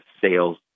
sales